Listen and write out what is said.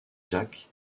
jack